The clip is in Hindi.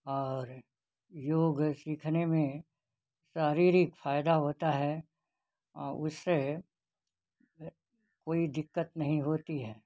और योग सीखने में शारीरिक फायदा होता है और उससे कोई दिक्कत नहीं होती है